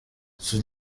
sus